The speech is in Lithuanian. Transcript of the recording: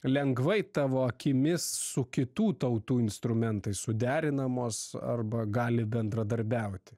lengvai tavo akimis su kitų tautų instrumentais suderinamos arba gali bendradarbiauti